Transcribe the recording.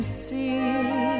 see